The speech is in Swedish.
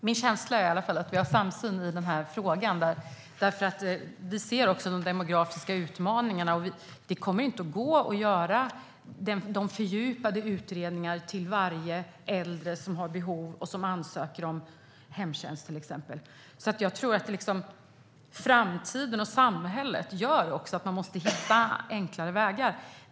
Fru talman! Min känsla är att vi har en samsyn i den här frågan. Vi ser också de demografiska utmaningarna: Det kommer inte att gå att göra fördjupade utredningar av varje äldre som har behov och som ansöker om till exempel hemtjänst. Jag tror att det framtida samhället gör att man måste hitta enklare vägar.